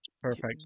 perfect